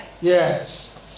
Yes